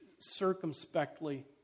circumspectly